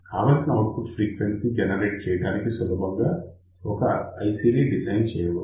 కావలసిన output frequency generate చేయడానికి సులభంగా ఒక IC డిజైన్ చేయవచ్చు